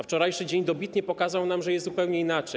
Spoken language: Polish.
Wczorajszy dzień dobitnie pokazał nam, że jest zupełnie inaczej.